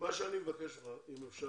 אני מבקש אם אפשר